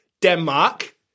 Denmark